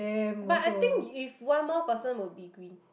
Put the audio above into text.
but I think if one more person will be green